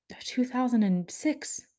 2006